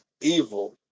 Evil